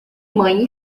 mãe